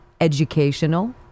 educational